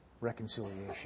reconciliation